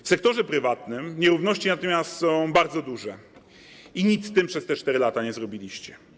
W sektorze prywatnym nierówności są natomiast bardzo duże i nic z tym przez te 4 lata nie zrobiliście.